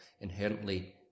inherently